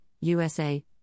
USA